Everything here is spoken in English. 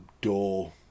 door